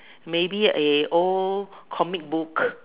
maybe a old comic book